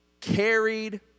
carried